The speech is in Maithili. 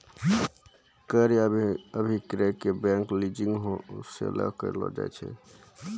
क्रय अभिक्रय के बंद लीजिंग सेहो कहलो जाय छै